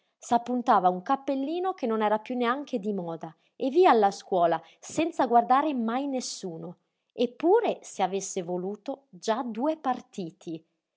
mattina s'appuntava un cappellino che non era piú neanche di moda e via alla scuola senza guardare mai nessuno eppure se avesse voluto già due partiti